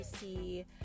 see